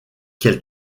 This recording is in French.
qu’elle